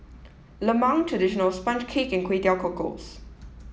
Lemang Traditional Sponge Cake and Kway Teow Cockles